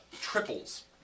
triples